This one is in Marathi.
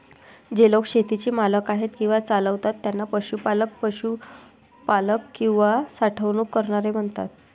जे लोक शेतीचे मालक आहेत किंवा चालवतात त्यांना पशुपालक, पशुपालक किंवा साठवणूक करणारे म्हणतात